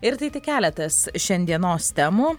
ir tai tik keletas šiandienos temų